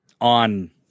on